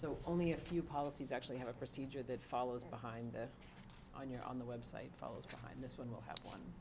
so only a few policies actually have a procedure that follows behind on your on the website follows find this one will have one